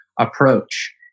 approach